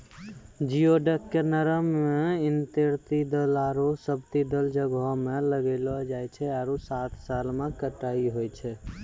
geoduck के नरम intertidal आरो सब्तिदल जग्हो में लगैलो जाय छै आरो सात साल में कटाई होय छै